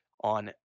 on